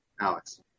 Alex